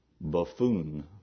buffoon